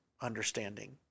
understanding